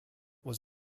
was